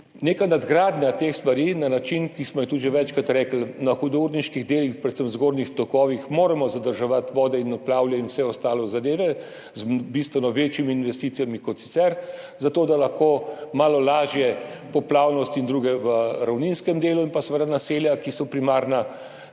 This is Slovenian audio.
neka nadgradnja teh stvari na način, ki smo ga tudi že večkrat [omenili], na hudourniških delih, predvsem v zgornjih tokovih, moramo zadrževati vode in naplavine in vse ostale zadeve z bistveno večjimi investicijami kot sicer, zato da lahko malo lažje [urejamo] poplavnost in drugo v ravninskem delu, seveda pa tudi naselja, ki so primarna